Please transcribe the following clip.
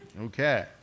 Okay